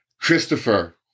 Christopher